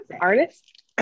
Artist